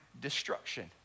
destruction